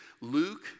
Luke